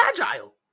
agile